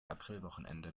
aprilwochenende